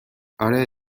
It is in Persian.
اره